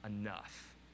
enough